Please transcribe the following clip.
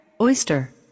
Oyster